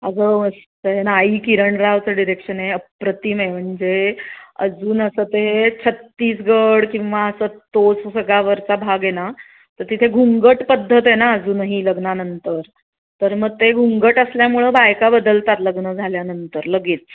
अगं मस्त आहे नाही किरण रावचं डिरेक्शन आहे अप्रतिम आहे म्हणजे अजून असं ते छत्तीसगड किंवा असं तोच सगळ्यावरचा भाग आहे ना तर तिथे घुंगट पद्धत आहे ना अजूनही लग्नानंतर तर मग ते घुंगट असल्यामुळं बायका बदलतात लग्न झाल्यानंतर लगेच